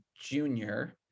junior